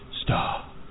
star